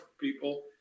people